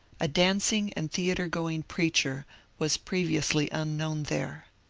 a dancing and theatre going preacher was previously unknown there.